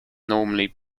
normally